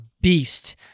beast